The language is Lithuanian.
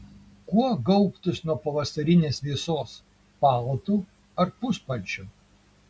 kuo gaubtis nuo pavasarinės vėsos paltu ar puspalčiu